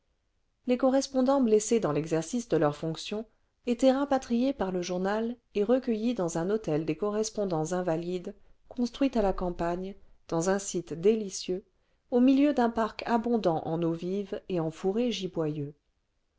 les correspondants blessés dans l'exercice de leurs fonctions étaient rapatriés par le journal et recueillis dans un hôtel des correspondants invalides construit à la campagne dans un site délicieux au milieu d'un parc abondant en eaux vives et en fourrés giboyeux